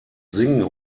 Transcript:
singen